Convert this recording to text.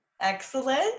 Excellent